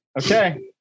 Okay